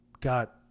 got